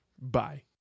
Bye